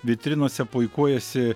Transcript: vitrinose puikuojasi